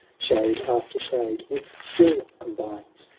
shade after shade with skill combines.